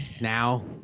Now